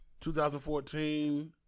2014